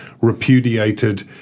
repudiated